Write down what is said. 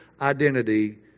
identity